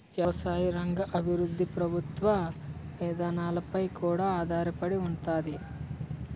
ఎవసాయ రంగ అభివృద్ధి ప్రభుత్వ ఇదానాలపై కూడా ఆధారపడి ఉంతాది